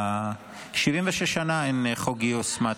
76 שנה אין חוק גיוס, מטי.